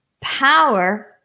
power